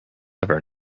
ever